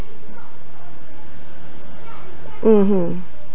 mmhmm